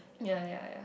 ya ya ya